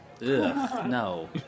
no